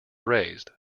raised